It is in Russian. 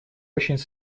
очень